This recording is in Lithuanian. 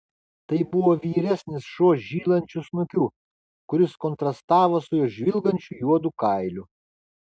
tai buvo vyresnis šuo žylančiu snukiu kuris kontrastavo su jo žvilgančiu juodu kailiu